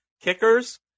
kickers